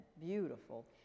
beautiful